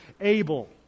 Abel